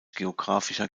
geographischer